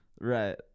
Right